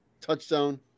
touchdown